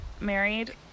married